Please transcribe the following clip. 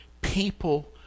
people